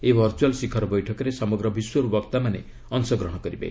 ଏହି ଭର୍ଚୁଆଲ୍ ଶିଖର ବୈଠକରେ ସମଗ୍ର ବିଶ୍ୱରୁ ବକ୍ତାମାନେ ଅଂଶଗ୍ରହଣ କରିବେ